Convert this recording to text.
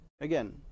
Again